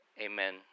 Amen